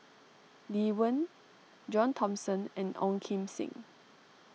Lee Wen John Thomson and Ong Kim Seng